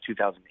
2008